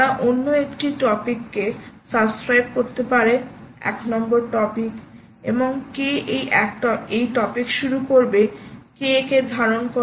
তারা অন্য একটি টপিকে সাবস্ক্রাইব করতে পারে এক নম্বর টপিক এবং কে এই টপিক শুরু করে কে একে ধারণ করে